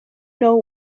know